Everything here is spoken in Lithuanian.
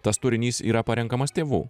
tas turinys yra parenkamas tėvų